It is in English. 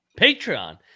Patreon